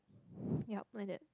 yup like that